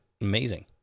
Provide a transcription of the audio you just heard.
Amazing